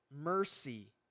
mercy